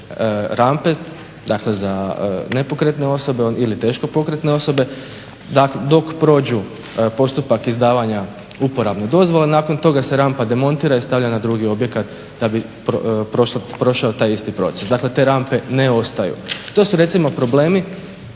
rampe dakle za nepokretne osobe ili teško pokretne osobe. Dok prođu postupak izdavanja uporabne dozvole nakon toga se rampa demontira i stavlja na drugi objekt da bi prošao taj isti proces. Dakle te rampe ne ostaju. To su recimo problemi